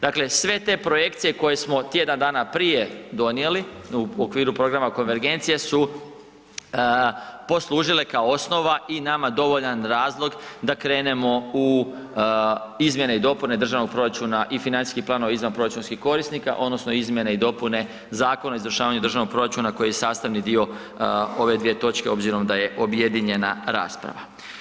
Dakle, sve te projekcije koje smo tjedan dana prije donijeli u okviru programa konvergencije su poslužile kao osnova i nama dovoljan razlog da krenemo u izmjene i državnog proračuna i financijskih planova izvanproračunskih korisnika odnosno izmjene i dopune Zakona o izvršavanju državnog proračuna koji je sastavni dio ove dvije točke obzirom da je objedinjena rasprava.